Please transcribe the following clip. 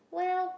well